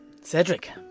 Cedric